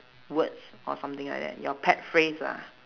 words or something like that your pet phrase lah